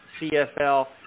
CFL